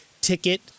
ticket